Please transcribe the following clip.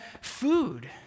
food